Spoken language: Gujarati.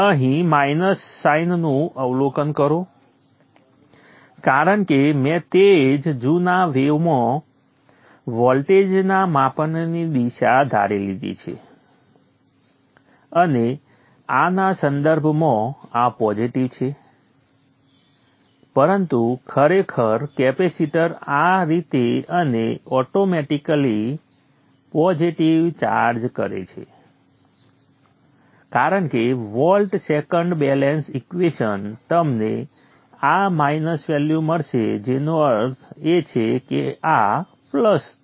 અહીં માઇનસ સાઇનનું અવલોકન કરો કારણ કે મેં તે જ જૂના વેવમાં વોલ્ટેજના માપનની દિશા ધારી લીધી છે અને આના સંદર્ભમાં આ પોઝિટિવ છે પરંતુ ખરેખર કેપેસિટર આ રીતે અને ઓટોમેટિકલી પોઝિટિવ ચાર્જ કરે છે કારણ કે વોલ્ટ સેકન્ડ બેલેન્સ ઈક્વેશન તમને આ માઇનસ વેલ્યુ મળશે જેનો અર્થ છે કે આ પ્લસ છે